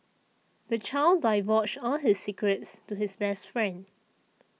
the child divulged all his secrets to his best friend